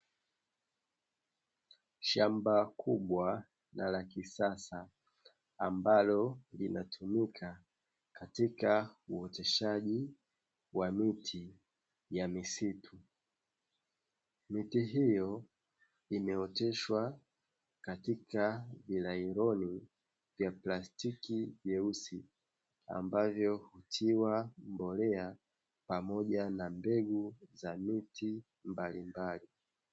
Shamba kubwa na la kisasa ambalo linatumika katika uoteshaji wa miti ya misitu. Miche hiyo imeoteshwa katika nailoni ya plastiki nyeusi ambavyo hutiwa mbolea pamoja na mbegu za miti mbalimbali.